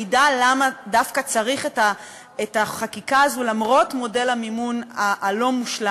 מעידה למה דווקא צריך את החקיקה הזו למרות מודל המימון הלא-מושלם.